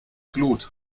glut